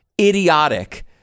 idiotic